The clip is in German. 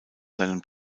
seinem